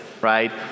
right